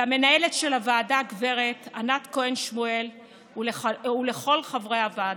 למנהלת של הוועדה גב' ענת כהן שמואל ולכל חברי הוועדה.